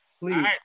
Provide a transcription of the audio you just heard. please